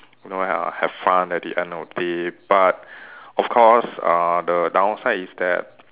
you know have have fun at the end of the day but of course uh the downside is that